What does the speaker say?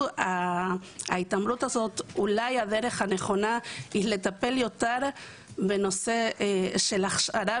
ההתעמרות הזאת הדרך הנכונה היא לטפל יותר בכיוון של הכשרה